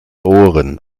ohren